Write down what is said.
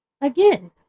again